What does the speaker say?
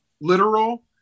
literal